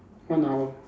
one hour